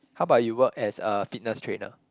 how about you work as a fitness trainer